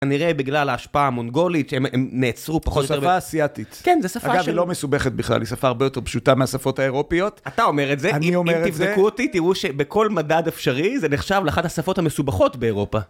כנראה בגלל ההשפעה המונגולית שהם נעצרו פחות או יותר. שפה אסיאתית. כן, זו שפה של... אגב, היא לא מסובכת בכלל, היא שפה הרבה יותר פשוטה מהשפות האירופיות. אתה אומר את זה, אם תבדקו אותי, תראו שבכל מדד אפשרי זה נחשב לאחת השפות המסובכות באירופה.